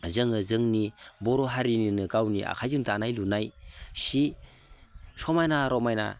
जोङो जोंनि बर' हारिनिनो गावनि आखाइजों दानाय लुनाय सि समायना रमायना